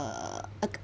err